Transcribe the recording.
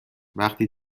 وقتی